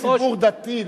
אתה אומר שציבור דתי,